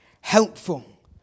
helpful